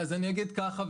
אני אגיד ככה,